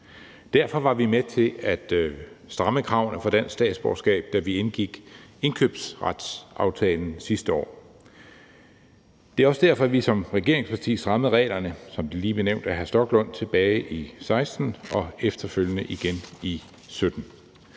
Derfor var vi med til at stramme kravene for dansk statsborgerskab, da vi indgik indfødsretsaftalen sidste år. Det er også derfor, vi som regeringsparti strammede reglerne, som det lige blev nævnt af hr. Rasmus Stoklund, tilbage i 2016 og efterfølgende igen i 2017.